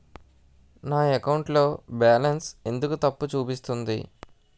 నా అకౌంట్ లో బాలన్స్ ఎందుకు తప్పు చూపిస్తుంది?